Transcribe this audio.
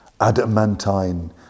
adamantine